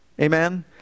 Amen